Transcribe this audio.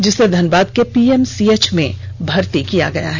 जिसे धनबाद के पीएमसीएच में भर्ती किया गया है